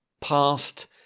past